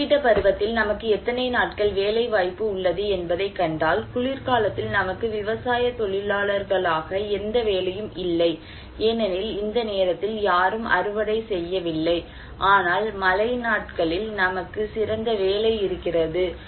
ஒரு குறிப்பிட்ட பருவத்தில் நமக்கு எத்தனை நாட்கள் வேலை வாய்ப்பு உள்ளது என்பதைக் கண்டால் குளிர்காலத்தில் நமக்கு விவசாயத் தொழிலாளர்களாக எந்த வேலையும் இல்லை ஏனெனில் இந்த நேரத்தில் யாரும் அறுவடை செய்யவில்லை ஆனால் மழை நாட்களில் நமக்கு சிறந்த வேலை இருக்கிறது